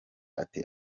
ati